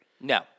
No